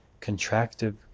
contractive